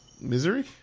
Misery